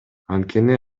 анткени